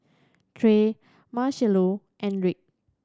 Trae Marchello and Rick